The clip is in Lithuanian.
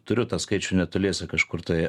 turiu tą skaičių netoliese kažkur tai